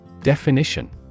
Definition